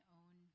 own